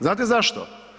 Znate zašto?